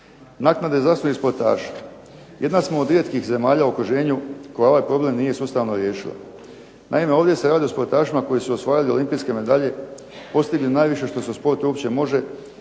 se ne razumije./… sportaši. Jedna smo od rijetkih zemalja u okruženju koja ovaj problem nije sustavno riješila. Naime, ovdje se radi o sportašima koji su osvajali olimpijske medalje, postigli najviše što se u sportu uopće može,